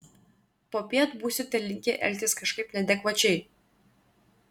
popiet būsite linkę elgtis kažkaip neadekvačiai